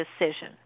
decision